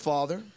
Father